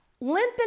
limping